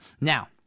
Now